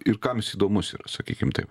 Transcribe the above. ir kam jis įdomus yra sakykim taip